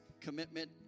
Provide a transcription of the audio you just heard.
commitment